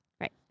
Right